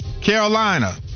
Carolina